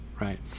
right